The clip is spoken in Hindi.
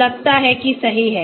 लगता है कि सही है